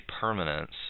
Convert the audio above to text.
permanence